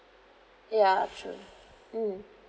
ya true mm